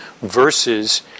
versus